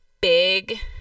big